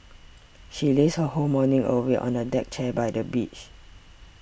she lazed her whole morning away on a deck chair by the beach